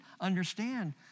understand